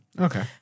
Okay